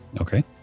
Okay